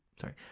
Sorry